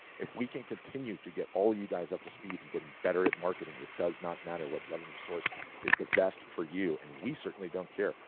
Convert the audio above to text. if we can continue to get all you guys up to speed and getting better at marketing, it does not matter what revenue source is the best for you, and we certainly don't care.